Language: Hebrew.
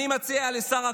אני מציע לשר אקוניס,